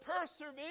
persevere